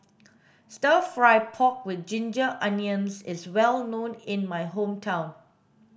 stir fry pork with ginger onions is well known in my hometown